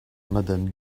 madame